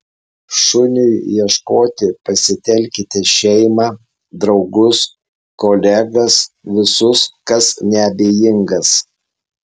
šuniui ieškoti pasitelkite šeimą draugus kolegas visus kas neabejingas